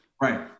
Right